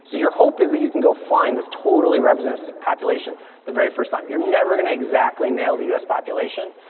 so your hope is that you can go find this totally representative population the very first time. you're never gonna exactly nail the us population,